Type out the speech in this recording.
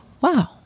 wow